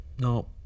no